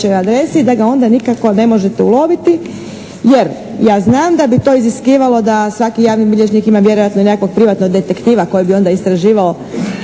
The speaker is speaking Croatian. da ga onda nikako ne možete uloviti, jer ja znam da bi to iziskivalo da svaki javni bilježnik ima vjerojatno i nekakvog privatnog detektiva koji bi onda istraživao